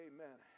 Amen